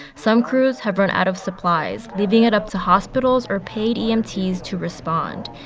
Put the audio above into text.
some crews have run out of supplies, leaving it up to hospitals or paid emts to respond.